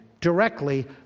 directly